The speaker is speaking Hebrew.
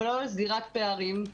אבל לא לסגירת פערים.